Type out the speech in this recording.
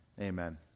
Amen